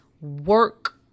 work